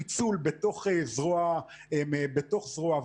לא ב-100% חוסר יכולת אלא ב-120% יכולת.